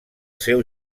seu